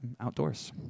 outdoors